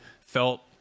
felt